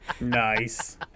Nice